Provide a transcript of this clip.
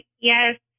yes